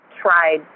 tried